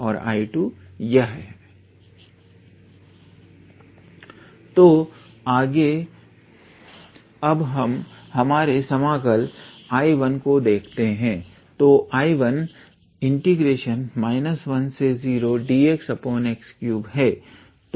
तो आगे अब हम हमारे समाकल 𝐼1 को देखेंगे तो 𝐼1 10dxx3 है